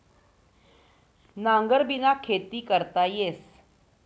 नांगरबिना खेती करता येस